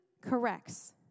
corrects